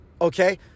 Okay